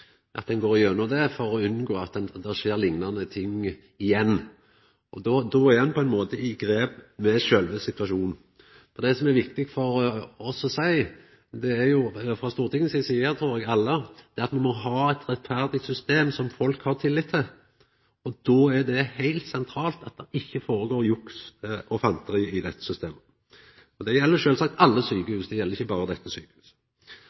at ein går gjennom det, for å unngå at det skjer liknande ting igjen. Då er ein på ein måte i grep med sjølve situasjonen. Det som er viktig for oss alle i Stortinget, trur eg, er å seia at me må ha eit rettferdig system som folk har tillit til. Då er det heilt sentralt et det ikkje føregår juks og fanteri i dette systemet. Det gjeld sjølvsagt alle sjukehus; det gjeld ikkje berre dette